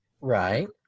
Right